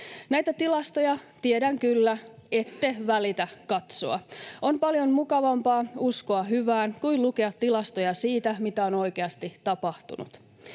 Näitä tilastoja, tiedän kyllä, ette välitä katsoa. On paljon mukavampaa uskoa hyvään kuin lukea tilastoja siitä, mitä on oikeasti tapahtunut.